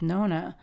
Nona